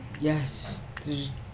Yes